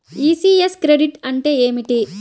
ECS credit అంటే ఏమిటి?